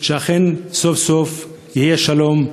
בסוף יהיה שלום,